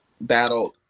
battled